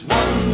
one